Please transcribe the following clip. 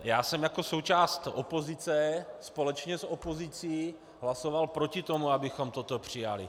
Já jsem jako součást opozice, společně s opozicí, hlasoval proti tomu, abychom toto přijali.